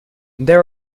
there